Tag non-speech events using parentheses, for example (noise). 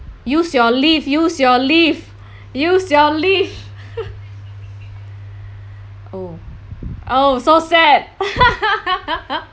use your leave use your leave use your leave (laughs) oh oh so sad (laughs)